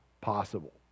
possible